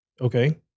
Okay